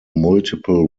multiple